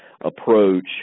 approach